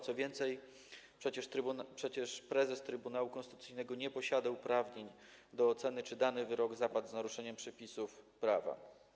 Co więcej, przecież prezes Trybunału Konstytucyjnego nie posiada uprawnień do oceny, czy dany wyrok zapadł z naruszeniem przepisów prawa.